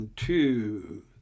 Two